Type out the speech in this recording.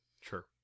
Sure